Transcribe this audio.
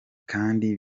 kandi